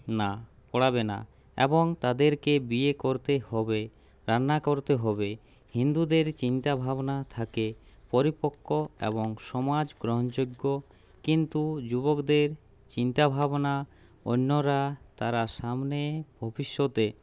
না পড়াবে না এবং তাদেরকে বিয়ে করতে হবে রান্না করতে হবে হিন্দুদের চিন্তাভাবনা থাকে পরিপক্ক এবং সমাজ গ্রহণযোগ্য কিন্তু যুবকদের চিন্তা ভাবনা অন্যরা তারা সামনে ভবিষ্যতে